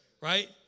right